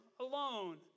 alone